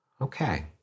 Okay